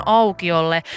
aukiolle